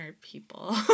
people